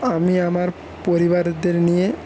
আমি আমার পরিবারেদের নিয়ে